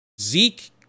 Zeke